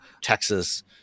Texas